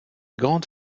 grande